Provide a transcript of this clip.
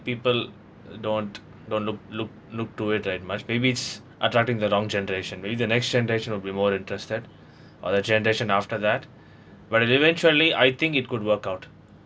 people don't don't look look look to it that much maybe it's attracting the young generation maybe the next generation will be more interested or the generation after that but it eventually I think it could work out